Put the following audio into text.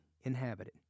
inhabited